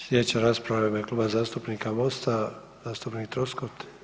Sljedeća rasprava u ime Kluba zastupnika Mosta zastupnik Troskot.